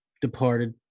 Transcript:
Departed